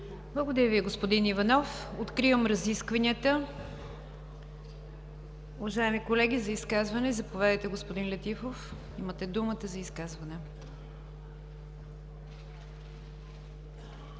Благодаря Ви, господин Иванов. Откривам разискванията. Уважаеми колеги, изказвания? Господин Летифов, имате думата за изказване.